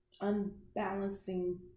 unbalancing